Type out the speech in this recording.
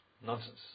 nonsense